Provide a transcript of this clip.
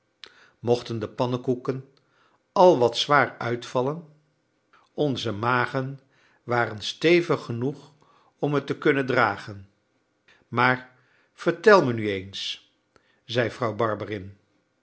mochten de pannekoeken al wat zwaar uitvallen onze magen waren stevig genoeg om het te kunnen dragen maar vertel me nu eens zei vrouw